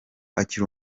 akiri